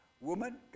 woman